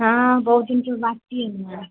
हाँ बहुत दिन के बाद किए ना